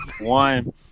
one